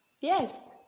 Yes